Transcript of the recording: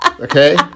Okay